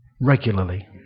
regularly